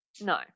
no